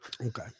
Okay